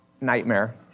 nightmare